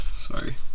sorry